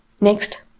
Next